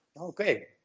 Okay